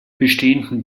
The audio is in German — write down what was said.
bestehenden